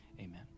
amen